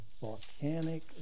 volcanic